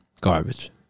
Garbage